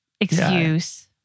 excuse